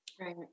Right